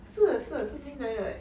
是啊是啊是 mint 来的 eh